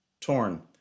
Torn